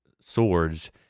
swords